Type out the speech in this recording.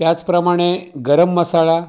त्याचप्रमाणे गरम मसाला